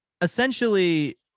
Essentially